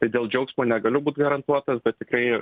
ir dėl džiaugsmo negaliu būt garantuotas bet tikrai